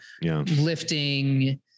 lifting